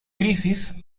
crisis